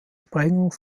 sprengung